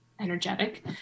energetic